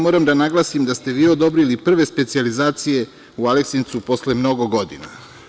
Moram da naglasim da ste vi odobrili prve specijalizacije u Aleksincu posle mnogo godina.